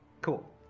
Cool